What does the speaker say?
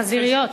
חזיריות.